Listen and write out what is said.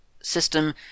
system